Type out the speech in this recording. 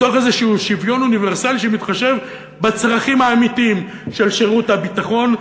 מתוך איזשהו שוויון אוניברסלי שמתחשב בצרכים האמיתיים של שירות הביטחון,